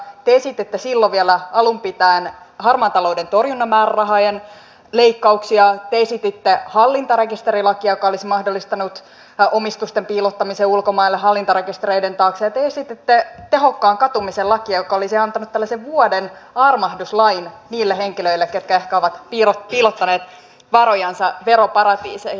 te esititte silloin vielä alun pitäen harmaan talouden torjunnan määrärahojen leikkauksia te esititte hallintarekisterilakia joka olisi mahdollistanut omistusten piilottamisen ulkomaille hallintarekistereiden taakse ja te esititte tehokkaan katumisen lakia joka olisi antanut vuoden armahduslain niille henkilöille ketkä ehkä ovat piilottaneet varojansa veroparatiiseihin